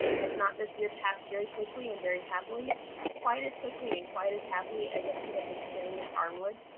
has not this year passed very quickly and very happily quite as quickly and quite as happily as if you had been staying at arnwood?